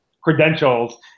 credentials